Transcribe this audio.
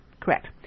Correct